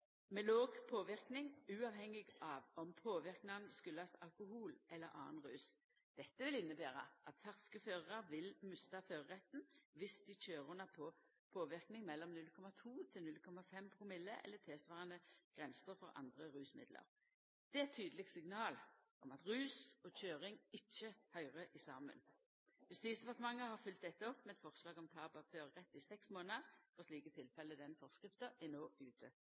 uavhengig av om påverknaden kjem av alkohol eller annan rus. Dette vil innebera at ferske førarar vil mista føreretten dersom dei køyrer under påverknad mellom 0,2 til 0,5 promille, eller tilsvarande grenser for andre rusmiddel. Dette er eit tydeleg signal om at rus og køyring ikkje høyrer saman. Justisdepartementet har følgt dette opp med eit forslag om tap av førerett i seks månader for slike tilfelle. Forskrifta er no ute